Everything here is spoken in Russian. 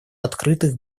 открытых